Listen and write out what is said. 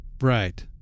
Right